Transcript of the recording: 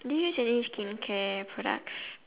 do you use any skincare products